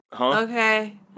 okay